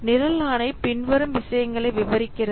நிரல் ஆணை பின்வரும் விஷயங்களை விவரிக்கிறது